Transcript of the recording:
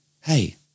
hey